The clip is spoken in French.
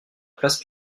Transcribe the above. place